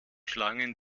schlangen